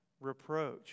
reproach